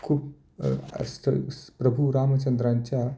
खूप अस्त्र स प्रभू रामचंद्रांच्या